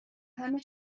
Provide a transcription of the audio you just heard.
همه